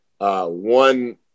one